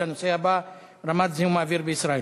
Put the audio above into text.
לנושא הבא: רמת זיהום האוויר בישראל,